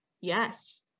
yes